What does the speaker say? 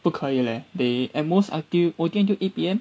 不可以 leh they at most working until eight P_M